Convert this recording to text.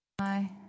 Hi